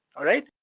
alright?